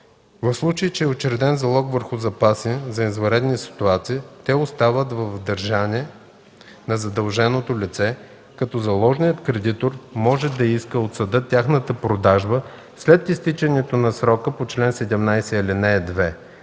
В случай че е учреден залог върху запаси за извънредни ситуации, те остават в държане на задълженото лице, като заложният кредитор може да иска от съда тяхната продажба след изтичането на срока по чл. 17, ал. 2.